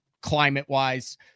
Climate-wise